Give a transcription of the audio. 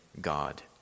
God